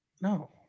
No